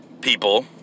People